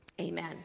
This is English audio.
amen